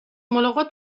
ملاقات